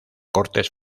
cortes